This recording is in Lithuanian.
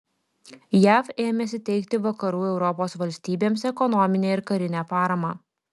jav ėmėsi teikti vakarų europos valstybėms ekonominę ir karinę paramą